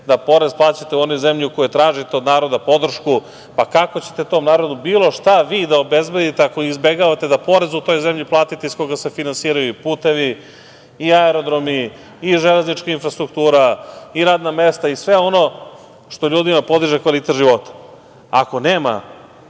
da porez plaćate u onoj zemlji u kojoj tražite od naroda podršku? Kako ćete tom narodu bilo šta vi da obezbedite ako izbegavate da porez u toj zemlji da platite iz koga se finansiraju i putevi i aerodromi i železnička infrastruktura i radna mesta i sve ono što ljudima podiže kvalitet života? Ako nema